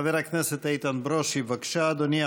חבר הכנסת איתן ברושי, בבקשה, אדוני.